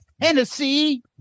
Tennessee